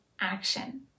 action